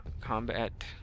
combat